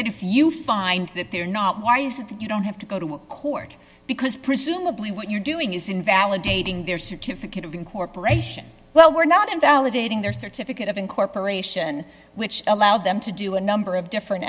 that if you find that they're not why is it that you don't have to go to court because presumably what you're doing is invalidating their certificate of incorporation well we're not invalidating their certificate of incorporation which allowed them to do a number of different